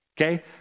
okay